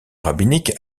rabbinique